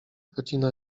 godzina